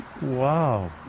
Wow